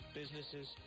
businesses